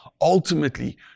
ultimately